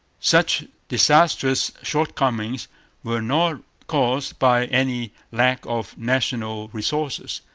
such disastrous shortcomings were not caused by any lack of national resources.